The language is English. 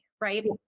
Right